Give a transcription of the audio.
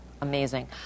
amazing